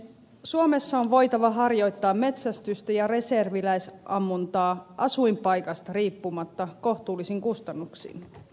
suomessa on voitava harjoittaa metsästystä ja reserviläisammuntaa asuinpaikasta riippumatta kohtuullisin kustannuksin